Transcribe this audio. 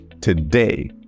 today